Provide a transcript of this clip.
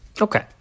Okay